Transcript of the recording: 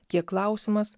kiek klausimas